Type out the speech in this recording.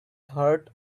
heart